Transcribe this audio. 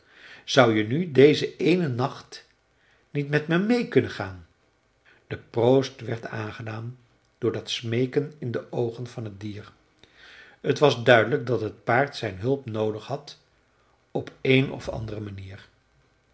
zou je nu dezen éénen nacht niet met me meê kunnen gaan de proost werd aangedaan door dat smeeken in de oogen van het dier t was duidelijk dat het paard zijn hulp noodig had op een of andere manier